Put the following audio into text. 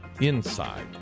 inside